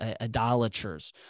idolaters